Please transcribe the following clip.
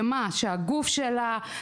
שהגוף שלה,